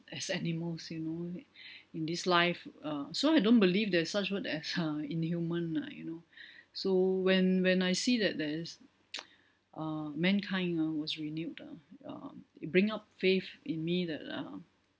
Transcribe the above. as animals you know in this life uh so I don't believe there's such word as inhuman ah you know so when when I see that there's uh mankind uh was renewed ah uh it bring up faith in me that uh